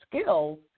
skills